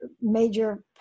major